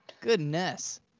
Goodness